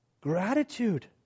Gratitude